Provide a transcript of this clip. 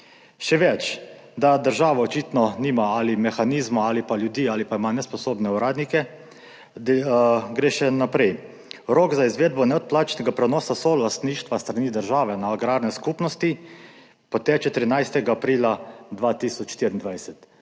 Še več. Da država očitno nima ali mehanizma ali pa ljudi ali pa ima nesposobne uradnike, gre še naprej. Rok za izvedbo neodplačnega prenosa solastništva s strani države na agrarne skupnosti poteče 13. aprila 2024.